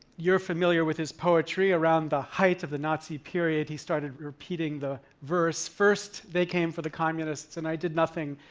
you're familiar with his poetry. around the height of the nazi period, he started repeating the verse, first they came for the communists, and i did nothing,